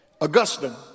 Augustine